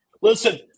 Listen